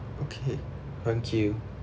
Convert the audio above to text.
okay thank you